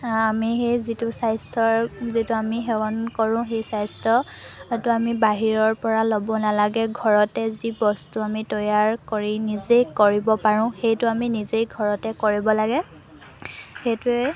আমি সেই যিটো স্বাস্থ্যৰ যিটো আমি সেৱন কৰোঁ সেই স্বাস্থ্যটো আমি বাহিৰৰপৰা ল'ব নালাগে ঘৰতে যি বস্তু আমি তৈয়াৰ কৰি নিজেই কৰিব পাৰোঁ সেইটো আমি নিজেই ঘৰতে কৰিব লাগে সেইটোৱেই